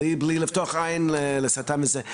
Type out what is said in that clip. בלי לפתוח עין לשטן וזה.